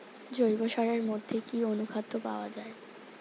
জৈব সারের মধ্যে কি অনুখাদ্য পাওয়া যায়?